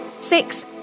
six